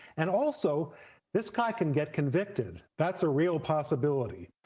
and also this guy can get convicted. that's a real possibility.